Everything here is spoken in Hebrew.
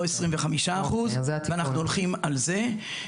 לא 25% ואנחנו הולכים על זה -- אוקיי,